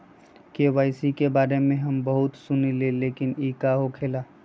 KYC के बारे में हम बहुत सुनीले लेकिन इ का होखेला?